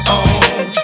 on